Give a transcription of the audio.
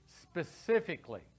Specifically